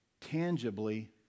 tangibly